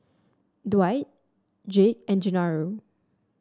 Dwight Jake and Genaro